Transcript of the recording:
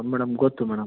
madam ಗೊತ್ತು madam